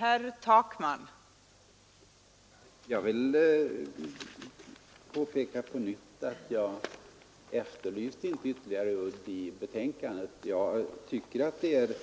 Fru talman! Jag vill påpeka på nytt att jag inte efterlyste en ytterligare udd i betänkandet; jag tycker att det är